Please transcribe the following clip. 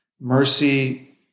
Mercy